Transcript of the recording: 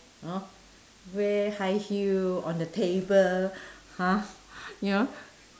hor wear high heel on the table !huh! you know